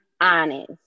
honest